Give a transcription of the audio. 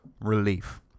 relief